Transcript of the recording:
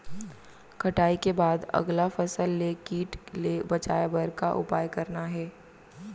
कटाई के बाद अगला फसल ले किट ले बचाए बर का उपाय करना हे?